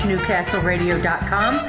NewcastleRadio.com